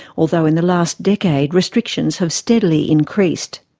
although in the last decade restrictions have steadily increased.